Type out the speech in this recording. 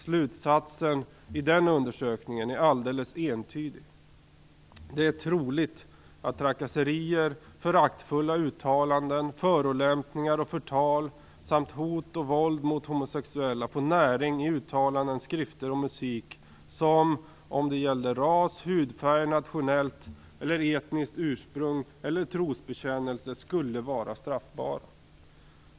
Slutsatsen i den undersökningen är alldeles entydig: Det är troligt att trakasserier, föraktfulla uttalanden, förolämpningar och förtal samt hot och våld mot homosexuella får näring i uttalanden, skrifter och musik som, om det gällde ras, hudfärg, nationellt eller etniskt ursprung eller trosbekännelse, skulle vara straffbara.